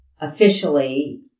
officially